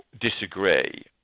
disagree